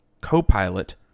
co-pilot